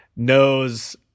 knows